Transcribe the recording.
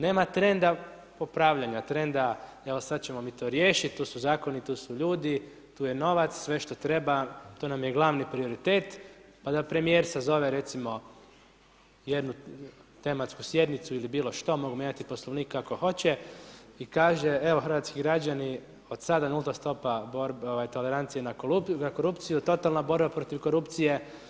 Nema trenda popravljanja, trenda evo sad ćemo mi to riješiti, tu su zakoni, tu su ljudi, tu je novac, sve što treba, to nam je glavni prioritet, pa da premijer sazove recimo, jednu tematsku sjednicu ili bilo što, mogu mijenjati poslovnik kako hoće i kaže, evo, hrvatski građani, od sada nulta stopa tolerancije na korupciju, totalna borba protiv korupcije.